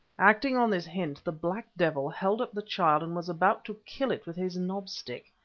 acting on this hint the black devil held up the child, and was about to kill it with his knobstick.